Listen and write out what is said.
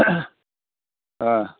अ